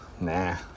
nah